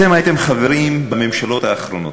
אתם הייתם חברים בממשלות האחרונות,